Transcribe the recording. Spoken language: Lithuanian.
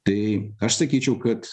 tai aš sakyčiau kad